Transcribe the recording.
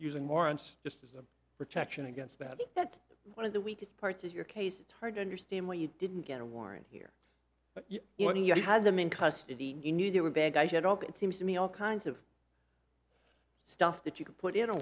using more and just protection against that that's one of the weakest parts of your case it's hard to understand why you didn't get a warrant here but when you had them in custody you knew they were bad guys at all that seems to me all kinds of stuff that you could put in